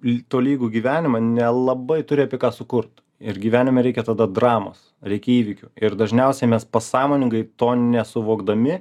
į tolygų gyvenimą nelabai turi apie ką sukurt ir gyvenime reikia tada dramos reikia įvykių ir dažniausiai mes pasąmoningai to nesuvokdami